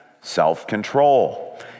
self-control